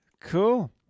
Cool